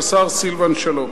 והשר סילבן שלום.